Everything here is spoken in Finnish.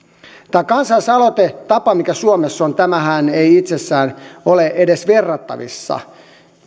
tämä kansalaisaloitetapa mikä suomessa on ei itsessään ole edes verrattavissa